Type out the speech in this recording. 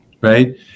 right